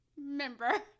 member